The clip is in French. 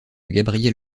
gabriel